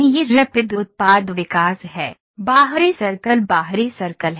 यह रैपिड उत्पाद विकास है बाहरी सर्कल बाहरी सर्कल है